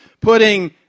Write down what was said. Putting